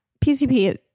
PCP